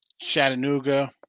Chattanooga